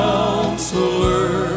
Counselor